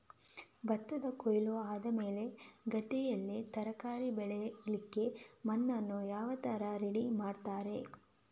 ಭತ್ತದ ಕೊಯ್ಲು ಆದಮೇಲೆ ಗದ್ದೆಯಲ್ಲಿ ತರಕಾರಿ ಬೆಳಿಲಿಕ್ಕೆ ಮಣ್ಣನ್ನು ಯಾವ ತರ ರೆಡಿ ಮಾಡ್ತಾರೆ?